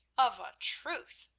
of a truth,